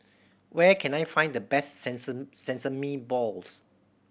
where can I find the best sesame balls